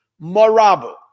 Marabu